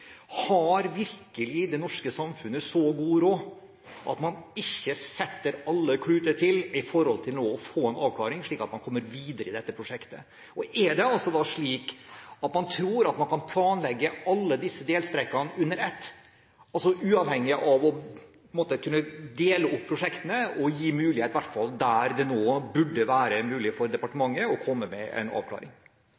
Har virkelig det norske samfunnet så god råd at man ikke setter alle kluter til for å få en avklaring nå, slik at man kommer videre i dette prosjektet? Og er det slik at man tror at man kan planlegge alle disse delstrekkene under ett – uavhengig av å kunne dele opp prosjektene, og gi mulighet, i hvert fall der det burde være mulig, for